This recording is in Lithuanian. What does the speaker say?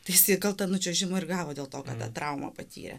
tai jisai tą nučiuožimą ir gavo dėl to kada traumą patyrė